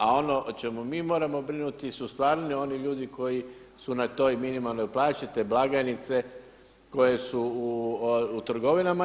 A ono o čemu mi moramo brinuti su stvarno oni ljudi koji su na toj minimalnoj plaći te blagajnice koje su u trgovinama.